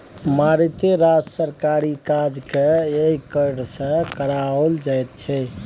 मारिते रास सरकारी काजकेँ यैह कर सँ कराओल जाइत छै